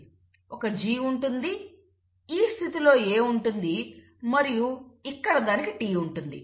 ఒక G ఉంటుంది ఈ స్థితిలో A ఉంటుంది మరియు ఇక్కడ దానికి T ఉంటుంది